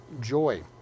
joy